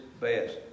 best